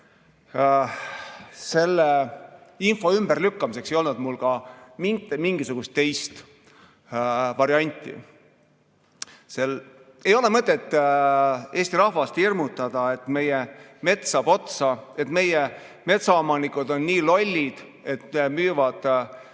mul selle info ümberlükkamiseks mitte mingisugust teist varianti. Ei ole mõtet Eesti rahvast hirmutada, et meie mets saab otsa, et meie metsaomanikud on nii lollid, et müüvad oma